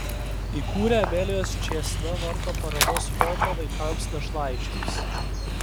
įkūrė amelijos čėsna vardo paramos fondą vaikams našlaičiams